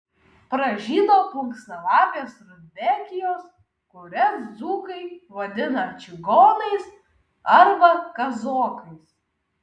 pražydo plunksnalapės rudbekijos kurias dzūkai vadina čigonais arba kazokais